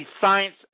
science